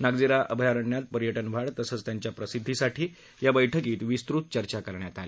नागझिरा अभियारण्यात पर्यटन वाढ तसेच त्याच्या प्रसिद्धी साठी ह्या बैठकीत विस्तृत चर्चा करण्यात आली